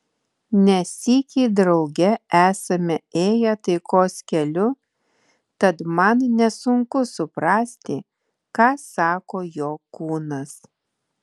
ne sykį drauge esame ėję taikos keliu tad man nesunku suprasti ką sako jo kūnas